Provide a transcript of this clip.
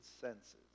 senses